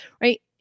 right